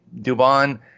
Dubon